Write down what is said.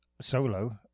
solo